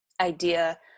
idea